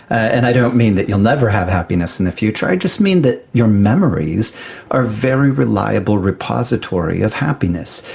and i don't mean that you'll never have happiness in the future i just mean that your memories are a very reliable repository of happiness.